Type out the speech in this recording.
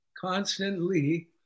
constantly